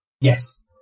yes